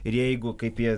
ir jeigu kaip jie